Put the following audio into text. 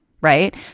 right